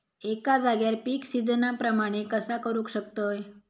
एका जाग्यार पीक सिजना प्रमाणे कसा करुक शकतय?